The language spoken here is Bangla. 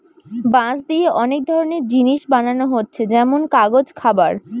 বাঁশ দিয়ে অনেক ধরনের জিনিস বানানা হচ্ছে যেমন কাগজ, খাবার